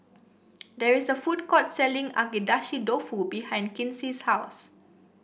there is a food court selling Agedashi Dofu behind Kinsey's house